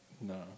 No